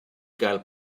gael